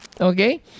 Okay